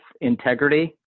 integrity